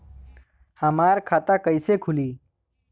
हमार खाता कईसे खुली?